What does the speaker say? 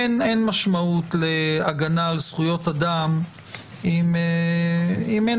אין משמעות להגנה על זכויות אדם אם אין